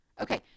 Okay